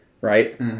Right